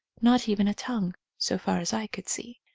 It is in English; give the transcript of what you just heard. not even a tongue, so far as i could see.